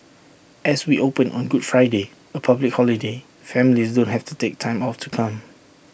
as we open on good Friday A public holiday families don't have to take time off to come